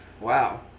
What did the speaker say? Wow